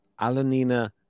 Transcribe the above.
Alanina